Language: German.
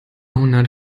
hundert